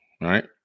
right